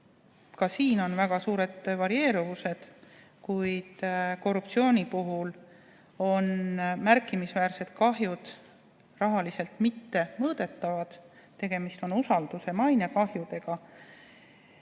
ka siin on väga suured varieeruvused. Korruptsiooni puhul on märkimisväärne kahju rahaliselt mittemõõdetav. Tegemist on usaldus- ja mainekahjudega,